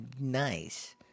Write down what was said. nice